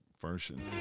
version